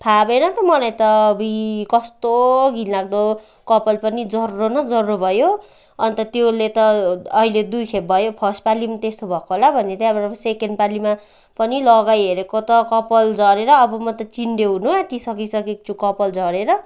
फापेन त मलाई त अब्बुई कस्तो घिनलाग्दो कपाल पनि जर्रो न जर्रो भयो अन्त त्यसले त अहिले दुई खेप भयो फर्स्ट पालि पनि त्यस्तो भएको होला भनेर त्यहाँबाट सेकेन्ड पालिमा पनि लगाइहेरेको त कपाल झरेर अब म त चिन्डे हुनु आँटिसकिसकेको छु कपाल झरेर